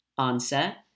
Answer